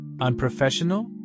Unprofessional